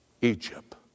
Egypt